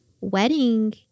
wedding